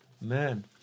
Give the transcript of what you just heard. Man